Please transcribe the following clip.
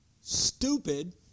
stupid